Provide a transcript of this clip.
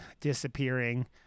disappearing